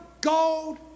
gold